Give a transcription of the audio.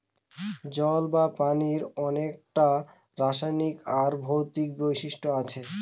জল বা পানির অনেককটা রাসায়নিক আর ভৌতিক বৈশিষ্ট্য আছে